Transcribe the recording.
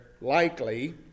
likely